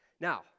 Now